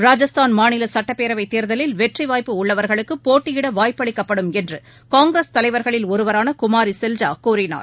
ராஜஸ்தான் மாநில சட்டப்பேரவைத் தேர்தலில் வெற்றி வாய்ப்பு உள்ளவர்களுக்கு போட்டியிட வாய்ப்பளிக்கப்படும் என்று காங்கிரஸ் தலைவர்களில் ஒருவரான குமாரி செல்ஜா கூறினார்